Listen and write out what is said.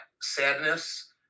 sadness